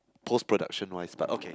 post production wise but okay